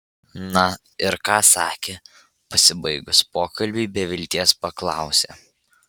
na ir ką sakė pasibaigus pokalbiui be vilties paklausė